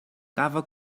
cava